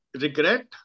regret